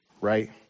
right